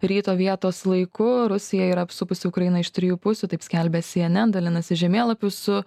ryto vietos laiku rusija yra apsupusi ukrainą iš trijų pusių taip skelbia cnn dalinasi žemėlapiu su